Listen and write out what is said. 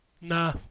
Nah